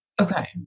Okay